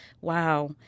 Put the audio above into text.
wow